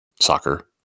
soccer